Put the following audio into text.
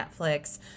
Netflix